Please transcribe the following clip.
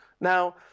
Now